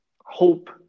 hope